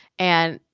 and,